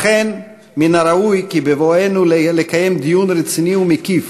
לכן, מן הראוי כי בבואנו לקיים דיון רציני ומקיף